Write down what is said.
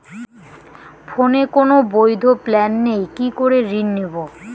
ফোনে কোন বৈধ প্ল্যান নেই কি করে ঋণ নেব?